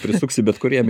prisuksi bet kur jam